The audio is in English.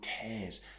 cares